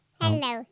Hello